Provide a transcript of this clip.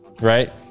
right